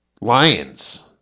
lions